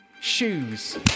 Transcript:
Shoes